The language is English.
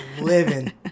living